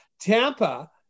Tampa